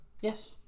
Yes